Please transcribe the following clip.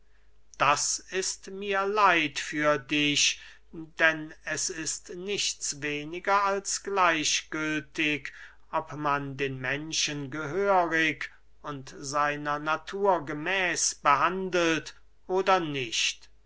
das ist mir leid für dich denn es ist nichts weniger als gleichgültig ob man den menschen gehörig und seiner natur gemäß behandelt oder nicht